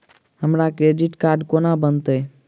हमरा credit card कोना बनतै?